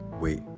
Wait